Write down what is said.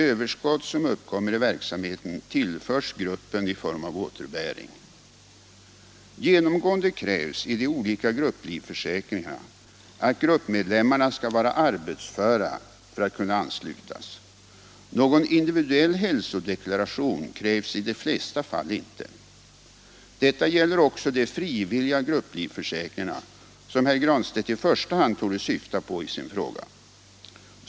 Överskott som uppkommer i verksamheten tillförs gruppen i form av återbäring. Genomgående krävs i de olika grupplivförsäkringarna att gruppmedlemmarna skall vara arbetsföra för att kunna anslutas. Någon individuell hälsodeklaration krävs i de flesta fall inte. Detta gäller också de frivilliga grupplivförsäkringarna som herr Granstedt i första hand torde syfta på i sin fråga.